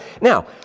Now